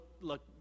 look